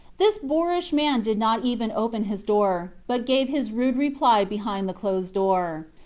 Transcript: this boorish man did not even open his door, but gave his rude reply behind the closed door.